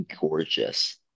gorgeous